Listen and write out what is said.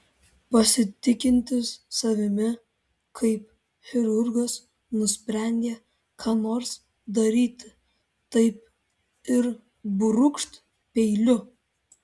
pasitikintis savimi kaip chirurgas nusprendė ką nors daryti tai ir brūkšt peiliu